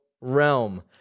realm